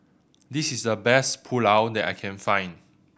this is the best Pulao that I can find